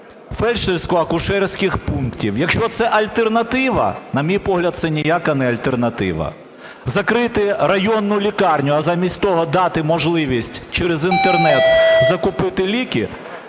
фельдшерсько-акушерських пунктів? Якщо це альтернатива, на мій погляд, це ніяка не альтернатива. Закрити районну лікарню, а замість того дати можливість через Інтернет закупити ліки,